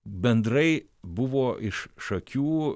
bendrai buvo iš šakių